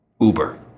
Uber